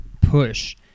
push